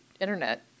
internet